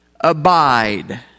Abide